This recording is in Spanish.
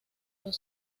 los